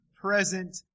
present